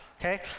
okay